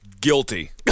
Guilty